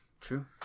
True